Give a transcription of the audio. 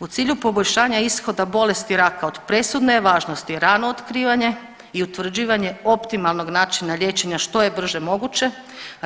U cilju poboljšanja ishoda bolesti raka od presudne je važnosti rano otkrivanje i utvrđivanje optimalnog načina liječenja što je brže moguće,